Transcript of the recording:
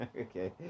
Okay